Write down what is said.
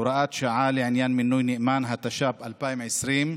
(הוראת שעה לעניין מינוי נאמן), התש"ף 2020,